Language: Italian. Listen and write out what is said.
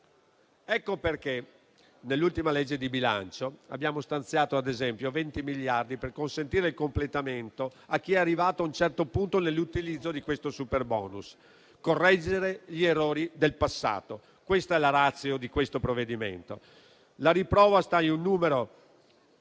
Ecco perché nell'ultima legge di bilancio abbiamo stanziato, ad esempio, 20 miliardi per consentire il completamento delle opere a chi è arrivato a un certo punto nell'utilizzo di questo superbonus. Correggere gli errori del passato: questa è la *ratio* del provvedimento. La riprova sta in un numero: